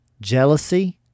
jealousy